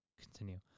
continue